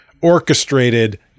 orchestrated